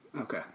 Okay